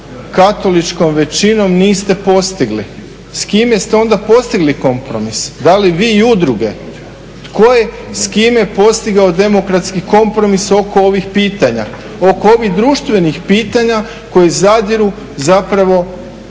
katoličkom većinom niste postigli, s kime ste onda postigli kompromis? Da li vi i udruge, tko je s kime postigao demokratski kompromis oko ovih pitanja, oko ovih društvenih pitanja koji zadiru zapravo